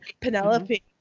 Penelope